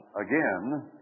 again